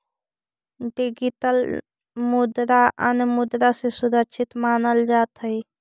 digital मुद्रा अन्य मुद्रा से सुरक्षित मानल जात हई